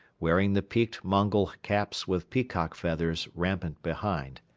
wearing the peaked mongol caps with peacock feathers rampants behind.